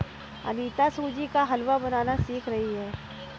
अनीता सूजी का हलवा बनाना सीख रही है